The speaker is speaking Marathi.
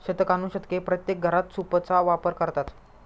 शतकानुशतके प्रत्येक घरात सूपचा वापर करतात